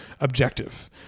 objective